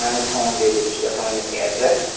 اَہَن حظ home delivery چھِ گژھان ؤنِوتۄہہِ اٮ۪ڈرس